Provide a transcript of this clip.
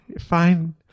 Fine